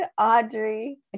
Audrey